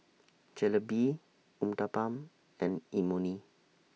Jalebi Uthapam and Imoni